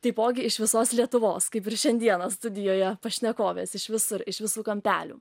taipogi iš visos lietuvos kaip ir šiandieną studijoje pašnekovės iš visur iš visų kampelių